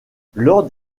lord